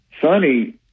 Sonny